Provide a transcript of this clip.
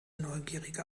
neugierige